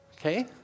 Okay